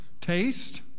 Taste